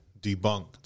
debunked